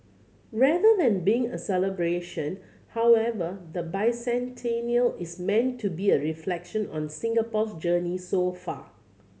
rather than being a celebration however the bicentennial is meant to be a reflection on Singapore's journey so far